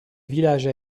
village